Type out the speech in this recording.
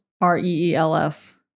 r-e-e-l-s